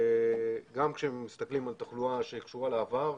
גם כאשר מסתכלים על תחלואה שקשורה לעבר,